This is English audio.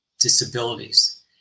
disabilities